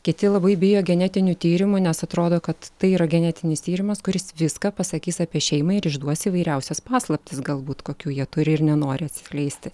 kiti labai bijo genetinių tyrimų nes atrodo kad tai yra genetinis tyrimas kuris viską pasakys apie šeimą ir išduos įvairiausias paslaptis galbūt kokių jie turi ir nenori atskleisti